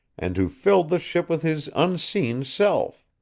and who filled the ship with his unseen self.